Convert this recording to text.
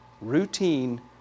routine